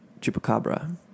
chupacabra